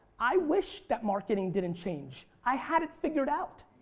i wish that marketing didn't change. i had it figured out.